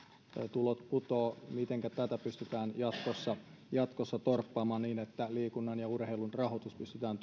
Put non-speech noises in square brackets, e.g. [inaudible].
tulot putoavat mitenkä tätä pystytään jatkossa torppaamaan niin että liikunnan ja urheilun rahoitus pystytään [unintelligible]